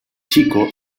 chico